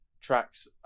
tracks